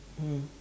mm